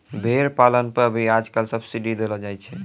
भेड़ पालन पर भी आजकल सब्सीडी देलो जाय छै